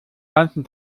ganzen